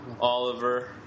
Oliver